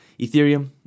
Ethereum